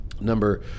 Number